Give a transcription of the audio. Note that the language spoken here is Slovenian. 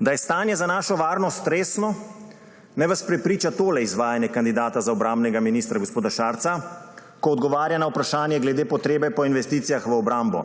Da je stanje za našo varnost resno, naj vas prepriča tole izvajanje kandidata za obrambnega ministra gospoda Šarca, ko odgovarja na vprašanje glede potrebe po investicijah v obrambo.